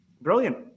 Brilliant